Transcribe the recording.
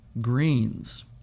greens